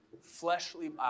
fleshly